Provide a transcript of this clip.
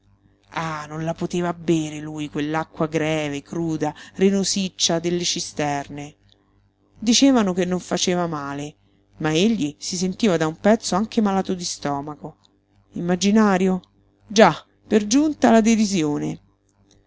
ah non la poteva bere lui quell'acqua greve cruda renosiccia delle cisterne dicevano che non faceva male ma egli si sentiva da un pezzo anche malato di stomaco immaginario già per giunta la